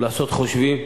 לעשות חושבים.